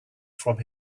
from